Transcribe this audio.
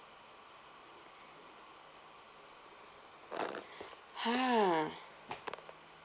ha